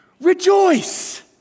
Rejoice